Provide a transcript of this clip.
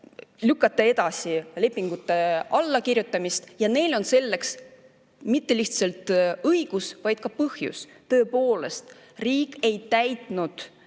lükata edasi lepingute allakirjutamist ning neil on selleks mitte lihtsalt õigus, vaid ka põhjus. Tõepoolest, riik ei täitnud